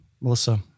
Melissa